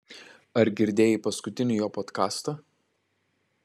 ar girdėjai paskutinį jo podkastą